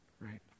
right